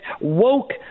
woke